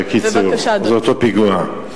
בקיצור, זה אותו פיגוע.